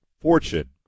fortune